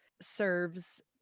serves